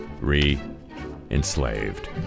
re-enslaved